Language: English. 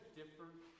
different